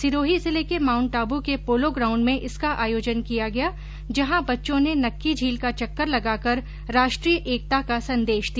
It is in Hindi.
सिरोही जिले के माउन्ट आबू के र्पोलो ग्राउण्ड में इसका आयोजन किया गया जहां बच्चों ने नक्की झील का चक्कर लगाकर राष्ट्रीय एकता का संदेश दिया